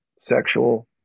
sexual